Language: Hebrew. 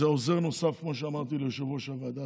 זה עוזר נוסף, כמו שאמרתי, ליושב-ראש הוועדה.